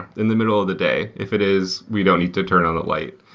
in the middle of the day. if it is, we don't need to turn on the light,